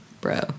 bro